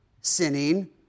sinning